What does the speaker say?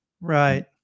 Right